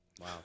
Wow